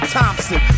Thompson